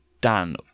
Dan